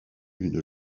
une